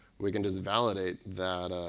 we can just validate that.